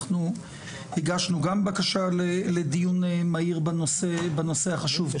אנחנו הגשנו גם בקשה לדיון מהיר בנושא החשוב.